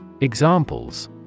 Examples